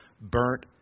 burnt